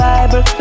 Bible